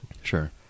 Sure